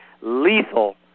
lethal